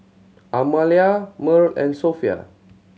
Amalia Mearl and Sophia